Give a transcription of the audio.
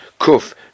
Kuf